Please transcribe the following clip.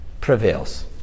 prevails